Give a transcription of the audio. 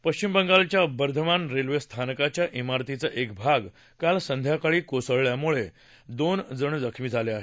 पश्चिम बंगालमधल्या बर्धमान रेल्वे स्थानकाच्या इमारतीचा एक भाग काल संध्याकाळी कोसळल्यामुळे दोन जण जखमी झाले आहेत